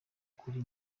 kuri